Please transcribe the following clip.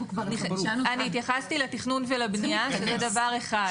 --- אני התייחסתי לתכנון ולבנייה, וזה דבר אחד.